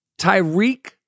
Tyreek